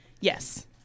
Yes